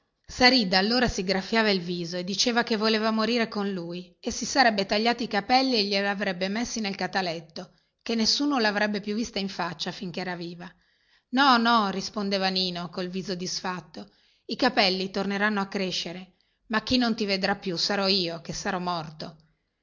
saridda allora si graffiava il viso e diceva che voleva morire con lui e si sarebbe tagliati i capelli e glieli avrebbe messi nel cataletto chè nessuno lavrebbe più vista in faccia finchè era viva no no rispondeva nino col viso disfatto i capelli torneranno a crescere ma chi non ti vedrà più sarò io che sarò morto